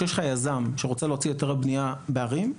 כשיש לך יזם שרוצה להוציא היתרי בניה בערים,